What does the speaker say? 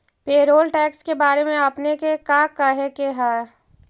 Payroll tax के बारे में आपने के का कहे के हेअ?